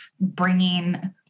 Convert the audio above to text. bringing